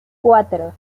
cuatro